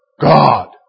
God